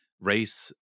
race